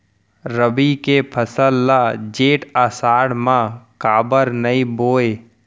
रबि के फसल ल जेठ आषाढ़ म काबर नही बोए?